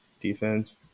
defense